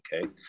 okay